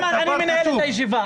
איימן, אני מנהל את הישיבה.